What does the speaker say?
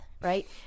right